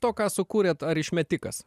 to ką sukūrėt ar išmetikas